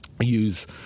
use